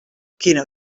quina